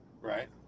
Right